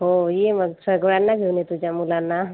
हो ये मग सगळ्यांना घेऊन ये तुझ्या मुलांना